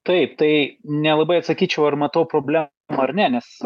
taip tai nelabai atsakyčiau ar matau problemą ar ne nes